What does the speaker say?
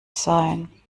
sein